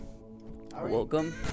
Welcome